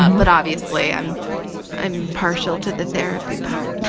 um but obviously i'm i'm partial to the therapy part.